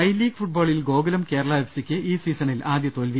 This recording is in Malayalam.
ഐ ലീഗ് ഫുട്ബോളിൽ ഗോകുലം കേരള എഫ് സിയ്ക്ക് ഈ സീസ ണിൽ ആദ്യ തോൽവി